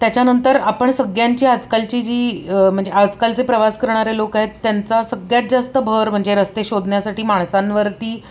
त्याच्यानंतर आपण सगळ्यांची आजकालची जी म्हणजे आजकालचे प्रवास करणारे लोक आहेत त्यांचा सगळ्यात जास्त भर म्हणजे रस्ते शोधण्यासाठी माणसांवरती